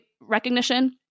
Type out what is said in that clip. recognition